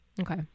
okay